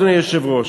אדוני היושב-ראש,